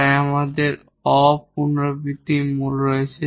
তাই আমাদের আসল অ রিপিটেড রুটআছে